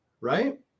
right